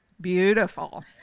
beautiful